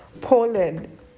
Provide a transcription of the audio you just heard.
Poland